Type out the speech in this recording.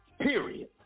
period